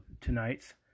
tonight's